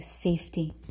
safety